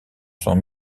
sont